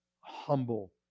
Humble